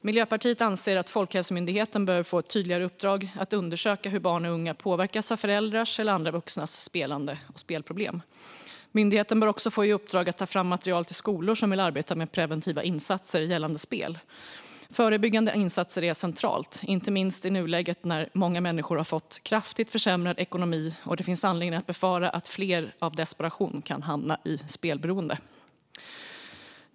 Miljöpartiet anser att Folkhälsomyndigheten behöver få ett tydligare uppdrag att undersöka hur barn och unga påverkas av föräldrars eller andra vuxnas spelande och spelproblem. Myndigheten bör också få i uppdrag att ta fram material till skolor som vill arbeta med preventiva insatser gällande spel. Förebyggande insatser är centrala, inte minst i nuläget när många människor har fått kraftigt försämrad ekonomi och det finns anledning att befara att fler av desperation kan hamna i spelberoende.